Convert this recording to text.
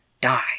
die